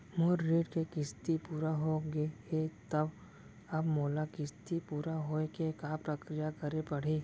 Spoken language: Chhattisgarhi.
मोर ऋण के किस्ती पूरा होगे हे ता अब मोला किस्ती पूरा होए के का प्रक्रिया करे पड़ही?